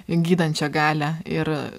gydančią galią ir